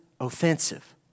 offensive